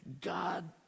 God